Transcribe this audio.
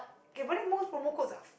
K but then most promote codes are f~